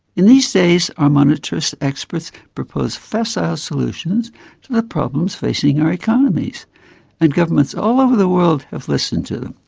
in these days our monetarist experts propose facile solutions to the problems facing our economies and governments all over the world have listened to them.